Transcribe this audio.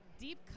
deep